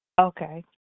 Okay